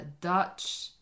Dutch